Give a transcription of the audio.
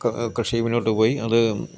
കൃഷി മുന്നോട്ടുപോയി അത്